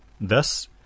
Thus